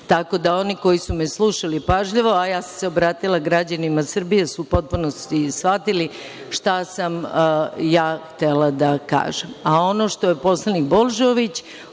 da kaže. Oni koji su me slušali pažljivo, a ja sam se obratila građanima Srbije, su u potpunosti shvatili šta sam ja htela da kažem.